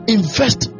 Invest